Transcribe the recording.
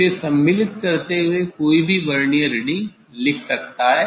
इसे सम्मिलित करते हुए कोई भी वर्नियर रीडिंग लिख सकता हैं